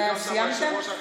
אתה סיימת?